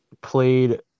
played